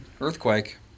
earthquake